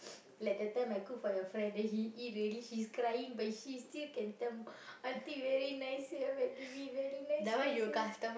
like that time I cook for your friend then he eat already he's crying but he still can tell aunty very nice Maggi mee very nice spicy